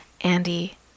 Andy